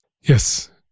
Yes